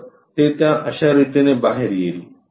तर ते त्या अश्यारितीने बाहेर येईल